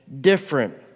different